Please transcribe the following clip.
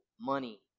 money